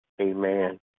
Amen